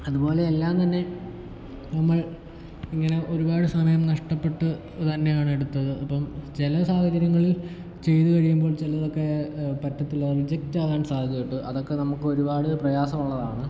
അതുപോലെ എല്ലാം തന്നെ നമ്മൾ ഇങ്ങനെ ഒരുപാട് സമയം നഷ്ടപ്പെട്ട് തന്നെയാണ് എടുത്തത് ഇപ്പം ചില സാഹചര്യങ്ങളിൽ ചെയ്ത് കഴിയുമ്പോൾ ചിലതൊക്കെ പറ്റത്തില്ല റിജെക്റ്റാകാൻ സാധ്യതയുണ്ട് അതക്കെ നമുക്ക് ഒരുപാട് പ്രയാസമുള്ളതാണ്